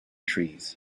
trees